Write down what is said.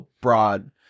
broad